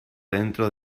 dentro